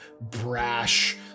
brash